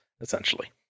essentially